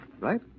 Right